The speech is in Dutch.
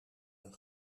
een